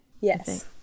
Yes